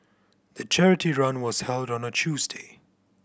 the charity run was held on a Tuesday